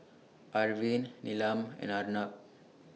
Arvind Neelam and Arnab